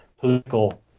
political